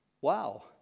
wow